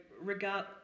regard